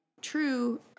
true